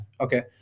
Okay